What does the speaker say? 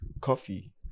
coffee